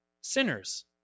sinners